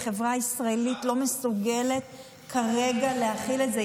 החברה הישראלית לא מסוגלת כרגע להכיל את זה.